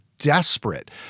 Desperate